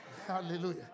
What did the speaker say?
Hallelujah